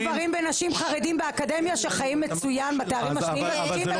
גברים ונשים חרדים באקדמיה שחיים מצוין בתארים השניים והשלישיים.